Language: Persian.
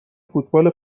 فوتبال